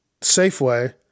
Safeway